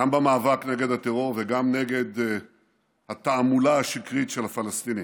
גם במאבק נגד הטרור וגם נגד התעמולה השקרית של הפלסטינים.